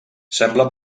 sembla